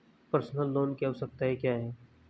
Personal loan की आवश्यकताएं क्या हैं?